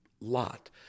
lot